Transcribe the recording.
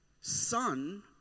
Son